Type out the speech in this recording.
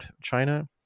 China